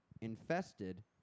Infested